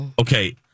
Okay